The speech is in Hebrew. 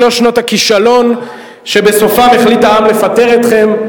שלוש שנות הכישלון, שבסופן החליט העם לפטר אתכם.